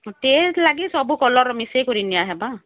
ତେଜ ଲାଗି ସବୁ କଲର୍ର ମିଶାଇକରି ନିଆ ହେବା